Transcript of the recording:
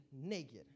naked